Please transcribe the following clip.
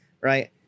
right